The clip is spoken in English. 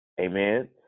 Amen